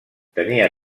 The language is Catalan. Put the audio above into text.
tenia